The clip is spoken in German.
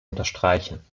unterstreichen